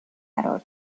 قرار